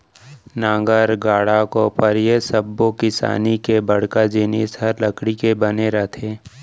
नांगर, गाड़ा, कोपर ए सब्बो किसानी के बड़का जिनिस हर लकड़ी के बने रथे